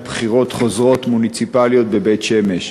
בחירות מוניציפליות חוזרות בבית-שמש.